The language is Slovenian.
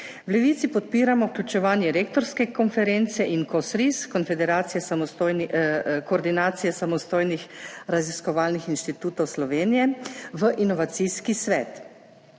V Levici podpiramo vključevanje Rektorske konference in KOsRIS, Koordinacije samostojnih raziskovalnih inštitutov Slovenije v inovacijski svet.